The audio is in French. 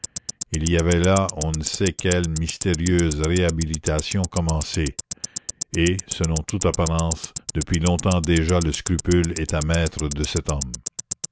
il y avait là on ne sait quelle mystérieuse réhabilitation commencée et selon toute apparence depuis longtemps déjà le scrupule était maître de cet homme